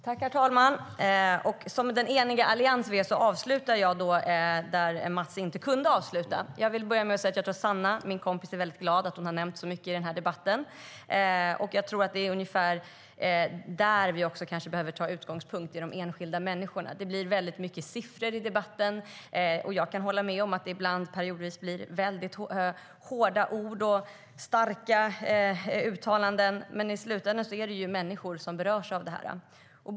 Herr talman! Som den eniga allians vi är avslutar jag där Mats inte hade möjlighet att avsluta. Jag vill börja med att säga att jag tror att min kompis Sanna är glad att hon har nämnts så mycket i debatten. Jag tror också att det är ungefär där vi behöver ta vår utgångspunkt, det vill säga i de enskilda människorna. Det blir väldigt mycket siffror i debatten - och jag kan hålla med om att det periodvis blir hårda ord och starka uttalanden - men i slutändan är det ju människor som berörs av detta.